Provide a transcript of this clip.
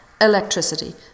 electricity